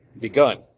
begun